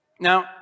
Now